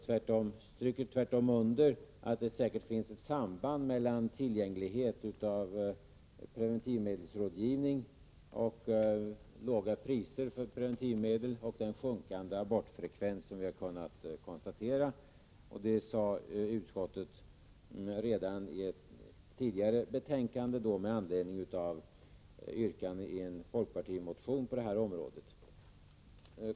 Tvärtom stryker vi under att det säkert finns ett samband mellan såväl tillgänglighet av preventivmedelsrådgivning som låga priser på preventivmedel och den sjunkande abortfrekvens som vi har kunnat konstatera. Detta framhöll utskottet redan i ett tidigare betänkande med anledning av yrkanden i en folkpartimotion på detta område.